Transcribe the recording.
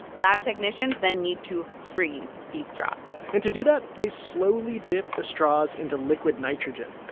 lab technicians then need to freeze these straws and to do that, they slowly dip the straws into liquid nitrogen.